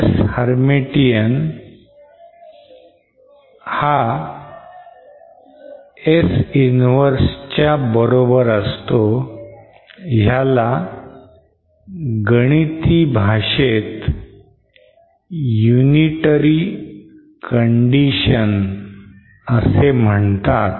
S hermatian being equal to S inverse ह्याला गणितीय भाषेत unitary condition असे म्हणतात